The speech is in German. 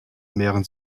mehren